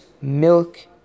milk